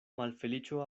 malfeliĉo